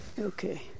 Okay